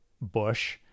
Bush